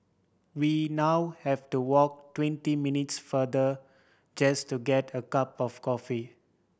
we now have to walk twenty minutes farther just to get a cup of coffee